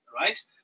right